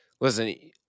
listen